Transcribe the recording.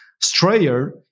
Strayer